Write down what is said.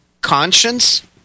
conscience